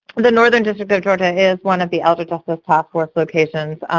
the northern district of georgia is one of the elder justice task force locations,